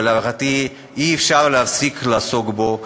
ולהערכתי אי-אפשר להפסיק לעסוק בו,